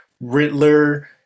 Riddler